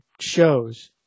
shows